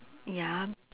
ya